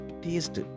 taste